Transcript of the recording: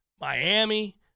Miami